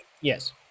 yes